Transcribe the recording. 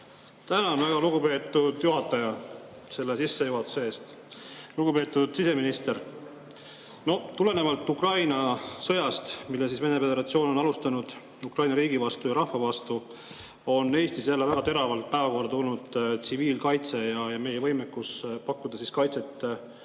Tänan, väga lugupeetud juhataja, selle sissejuhatuse eest! Lugupeetud siseminister! Tulenevalt sõjast, mida Vene Föderatsioon on alustanud Ukraina riigi ja rahva vastu, on Eestis jälle väga teravalt päevakorrale tulnud tsiviilkaitse ja meie võimekus pakkuda kaitset